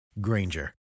Granger